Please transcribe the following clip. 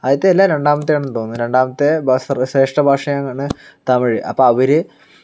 ആദ്യത്തെ അല്ല രണ്ടാമത്തെ ആണെന്ന് തോന്നുന്നു രണ്ടാമത്തെ ബ സർവ്വ ശ്രേഷ്ഠ ഭാഷയാണ് തമിഴ് അപ്പോൾ അവർ